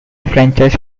franchise